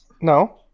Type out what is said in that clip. No